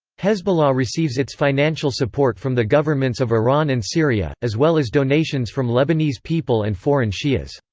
hezbollah receives its financial support from the governments of iran and syria, as well as donations from lebanese people and foreign shi'as.